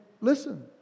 listen